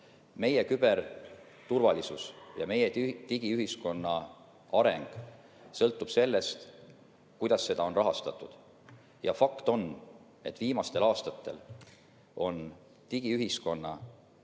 meie küberturvalisus ja meie digiühiskonna areng sõltub sellest, kuidas seda on rahastatud. Fakt on, et viimastel aastatel on digiühiskonna ja